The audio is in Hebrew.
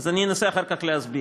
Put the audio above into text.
אז אני אנסה אחר כך להסביר.